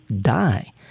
die